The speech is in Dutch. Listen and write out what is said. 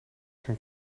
gaan